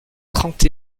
trente